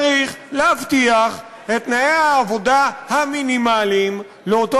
צריך להבטיח את תנאי העבודה המינימליים לאותו